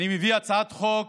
אני מביא הצעת חוק